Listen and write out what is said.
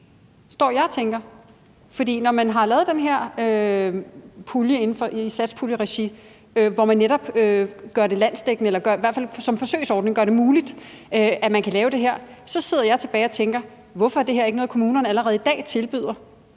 står jeg og tænker. For når man har lavet den her pulje i satspuljeregi, hvor man i hvert fald som forsøgsordning gør det muligt at gøre det her, så sidder jeg tilbage og tænker, at hvorfor er det her ikke noget, kommunerne allerede i dag tilbyder